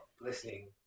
listening